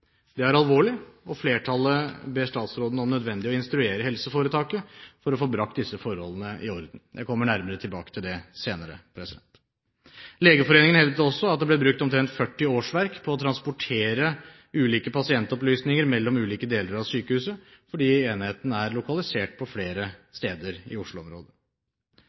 Det er alvorlig, og flertallet ber statsråden om nødvendig å instruere helseforetaket for å få brakt disse forholdene i orden. Jeg kommer nærmere tilbake til det senere. Legeforeningen hevdet også at det ble brukt omtrent 40 årsverk på å transportere ulike pasientopplysninger mellom ulike deler av sykehuset, fordi enhetene er lokalisert på flere steder i